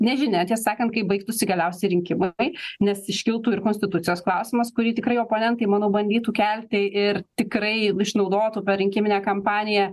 nežinia ties sakant kai baigtųsi galiausiai rinkimai nes iškiltų ir konstitucijos klausimas kurį tikrai oponentai mano bandytų kelti ir tikrai išnaudotų per rinkiminę kampaniją